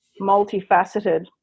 multifaceted